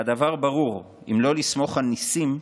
והדבר ברור, אם לא לסמוך על ניסים,